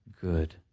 good